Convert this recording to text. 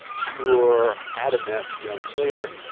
pure, adamesque young sailor,